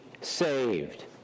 saved